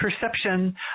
perception